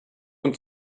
und